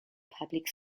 public